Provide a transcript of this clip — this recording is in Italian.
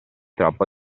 troppo